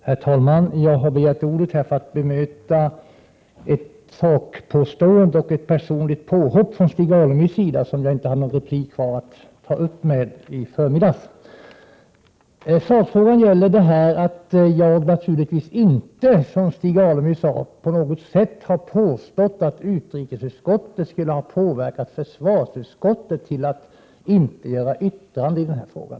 Herr talman! Jag har begärt ordet för att bemöta ett påstående i sak och ett personligt påhopp från Stig Alemyr, vilka jag tidigare inte kunde bemöta på grund av att jag i förmiddags inte hade någon mer replikrätt. Sakfrågan gäller att jag naturligtivs inte, som Stig Alemyr sade, på något sätt har påstått att utrikesutskottet skulle ha påverkat försvarsutskottet till att inte göra något yttrande i denna fråga.